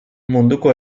munduko